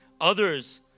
Others